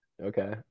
okay